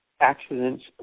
accidents